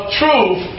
truth